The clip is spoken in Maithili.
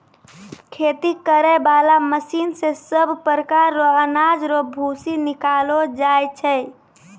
खेती करै बाला मशीन से सभ प्रकार रो अनाज रो भूसी निकालो जाय छै